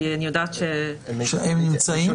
אני יודעת שהם ביקשו